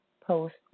post